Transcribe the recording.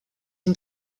and